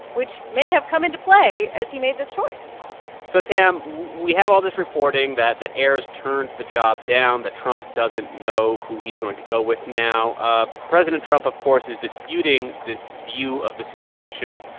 which may have come into play as he made this choice so, tam, we have all this reporting that that ayers turned the job down, that trump doesn't know who he's going to go with now. ah president trump, of course, is disputing this view of the situation.